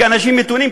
כאנשים מתונים,